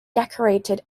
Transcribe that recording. decorated